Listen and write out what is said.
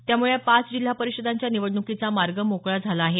त्यामुळे या पाच जिल्हा परिषदांच्या निवडणुकीचा मार्ग मोकळा झाला आहे